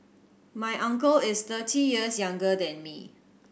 my uncle is thirty years younger than me